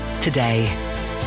today